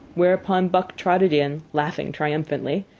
whereupon buck trotted in, laughing triumphantly,